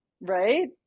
Right